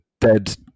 dead